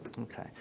okay